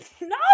no